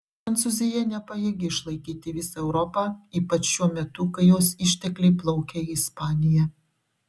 prancūzija nepajėgi išlaikyti visą europą ypač šiuo metu kai jos ištekliai plaukia į ispaniją